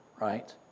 right